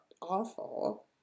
awful